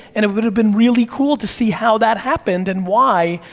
and it would have been really cool to see how that happened and why,